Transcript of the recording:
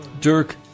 Dirk